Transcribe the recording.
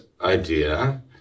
idea